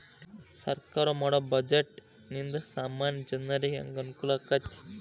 ಸರ್ಕಾರಾ ಮಾಡೊ ಬಡ್ಜೆಟ ನಿಂದಾ ಸಾಮಾನ್ಯ ಜನರಿಗೆ ಹೆಂಗ ಅನುಕೂಲಕ್ಕತಿ?